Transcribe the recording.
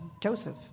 Joseph